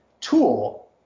tool